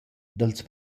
dals